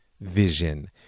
vision